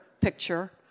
picture